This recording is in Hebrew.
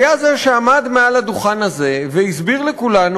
היה זה שעמד מעל הדוכן הזה והסביר לכולנו